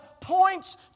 points